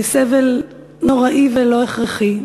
זה סבל נוראי ולא הכרחי,